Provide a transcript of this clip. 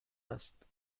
است